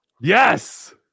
Yes